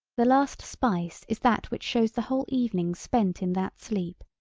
the last spice is that which shows the whole evening spent in that sleep,